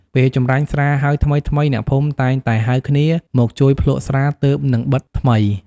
ពេលចម្រាញ់ស្រាហើយថ្មីៗ អ្នកភូមិតែងតែហៅគ្នាមកជួយភ្លក្សស្រាទើបនឹងបិតថ្មី។